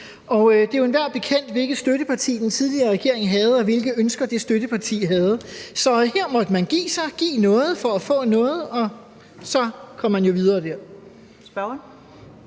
Og det er jo enhver bekendt, hvilket støtteparti den tidligere regering havde, og hvilke ønsker det støtteparti havde, så her måtte man give sig – give noget for at få noget – og så kom man jo videre der.